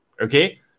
Okay